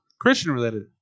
Christian-related